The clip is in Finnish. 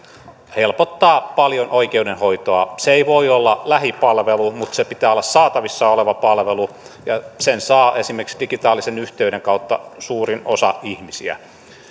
helpottaa paljon oikeudenhoitoa se ei voi olla lähipalvelu mutta sen pitää olla saatavissa oleva palvelu ja sen saa esimerkiksi digitaalisen yhteyden kautta suurin osa ihmisistä